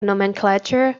nomenclature